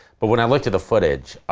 but when i looked at the footage,